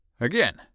Again